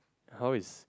how is